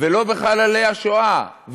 ולא בחללי השואה,